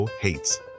hates